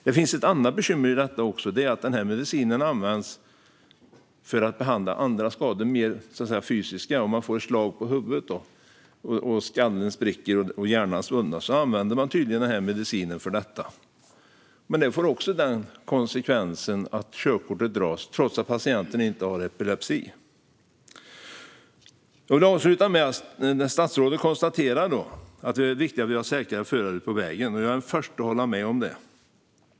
Det finns ett annat bekymmer i detta, och det är att den här medicinen används för att behandla andra, mer fysiska skador. Om man får ett slag mot huvudet så att skallen spricker och hjärnan slås undan använder man tydligen den här medicinen - med den konsekvensen att körkortet dras trots att patienten inte har epilepsi. Avslutningsvis vill jag säga att när statsrådet konstaterar att det är viktigt att vi har säkrare förare på vägen är jag den förste att hålla med om det.